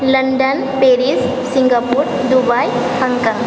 London Paris Singapore Dubai Hong Kong